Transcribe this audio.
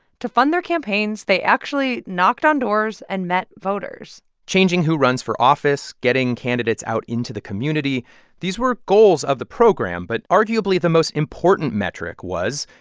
to fund their campaigns, they actually actually knocked on doors and met voters changing who runs for office, getting candidates out into the community these were goals of the program. but, arguably, the most important metric was,